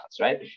right